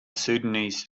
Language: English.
sudanese